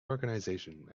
organization